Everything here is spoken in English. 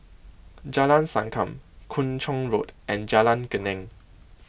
Jalan Sankam Kung Chong Road and Jalan Geneng